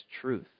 truth